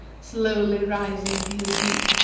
slowly rising to his feet,